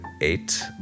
eight